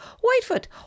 Whitefoot